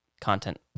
content